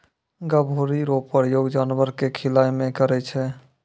गभोरी रो प्रयोग जानवर के खिलाय मे करै छै